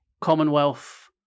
Commonwealth